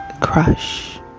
crush